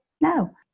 No